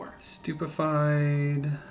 Stupefied